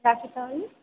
রাখি তাহলে